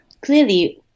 clearly